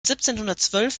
siebzehnhundertzwölf